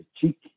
cheek